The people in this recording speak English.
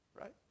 right